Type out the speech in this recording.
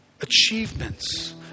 achievements